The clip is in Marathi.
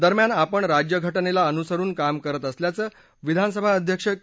दरम्यान आपण राज्यघटनेला अनुसरून काम करत असल्याचं विधानसभा अध्यक्ष के